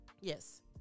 Yes